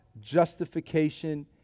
justification